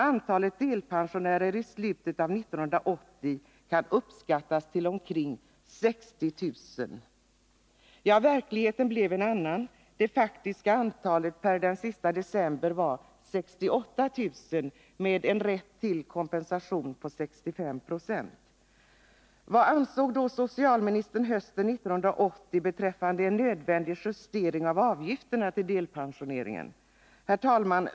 Antalet delpensionärer i slutet av 1980 kan uppskattas till omkring 60 000.” Ja, verkligheten blev en annan. Det faktiska antalet delpensionärer som var berättigade till en kompensation på 65 Yo var per den sista december 68 000. Vad ansåg då socialministern hösten 1980 beträffande en nödvändig justering av avgifterna till delpensioneringen? Herr talman!